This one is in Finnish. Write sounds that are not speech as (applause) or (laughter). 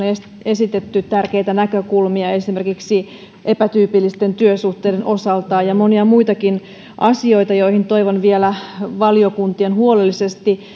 esitetty tärkeitä näkökulmia esimerkiksi epätyypillisten työsuhteiden osalta ja monia muitakin asioita joihin toivon vielä valiokuntien huolellisesti (unintelligible)